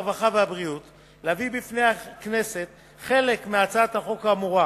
הרווחה והבריאות להביא בפני הכנסת חלק מהצעת החוק האמורה,